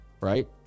right